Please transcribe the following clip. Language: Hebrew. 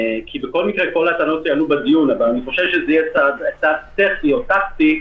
בכל מקרה כל הטענות יעלו בדיון אבל אני חושש שזה יהיה צעד טכני או טקטי,